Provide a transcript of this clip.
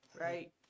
right